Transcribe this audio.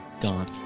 Gone